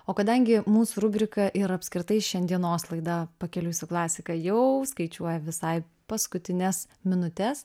o kadangi mūsų rubrika ir apskritai šiandienos laida pakeliui su klasika jau skaičiuoja visai paskutines minutes